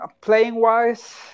playing-wise